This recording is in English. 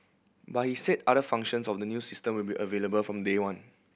but he said other functions of the new system will be available from day one